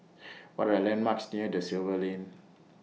What Are landmarks near DA Silva Lane